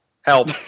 help